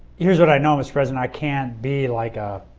here's what i know, mr. president. i can't be like a